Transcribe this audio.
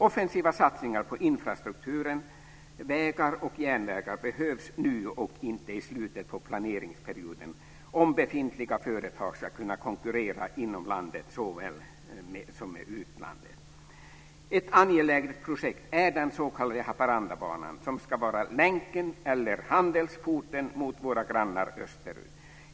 Offensiva satsningar på infrastrukturen - vägar och järnvägar - behövs nu och inte i slutet på planeringsperioden om befintliga företag ska kunna konkurrera inom landet såväl som med utlandet. Ett angeläget projekt är den s.k. Haparandabanan som ska vara länken eller handelsporten till våra grannar österut.